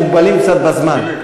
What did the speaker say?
מוגבלים קצת בזמן.